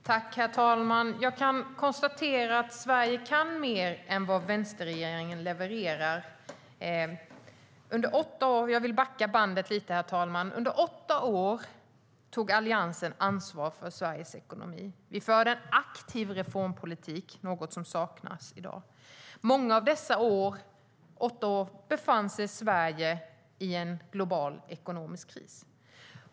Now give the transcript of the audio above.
Herr talman! Jag kan konstatera att Sverige kan mer än vänsterregeringen levererar. Jag vill backa bandet lite. Under åtta år tog Alliansen ansvar för Sveriges ekonomi. Vi förde en aktiv reformpolitik, vilket saknas i dag. Under flera av dessa åtta år befann sig Sverige i en global ekonomisk kris.